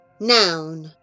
Noun